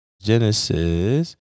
Genesis